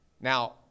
now